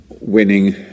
winning